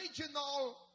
original